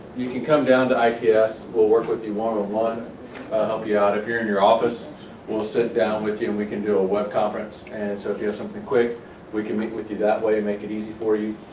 you can come down to its we'll work with you one-on-one like help you out if you're in your office we'll sit down with you and we can do a web conference and so if you have something quick we can meet with you that way and make it easy for you.